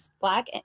black